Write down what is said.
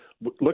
look